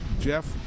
Jeff